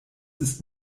ist